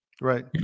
Right